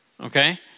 okay